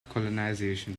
colonization